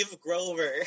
Grover